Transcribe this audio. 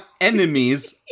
enemies